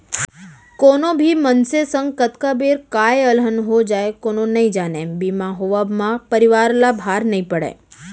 कोनो भी मनसे संग कतका बेर काय अलहन हो जाय कोनो नइ जानय बीमा होवब म परवार ल भार नइ पड़य